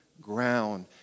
ground